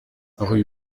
rue